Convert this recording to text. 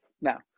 Now